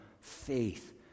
faith